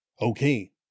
Okay